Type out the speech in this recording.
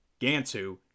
Gantu